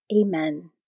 Amen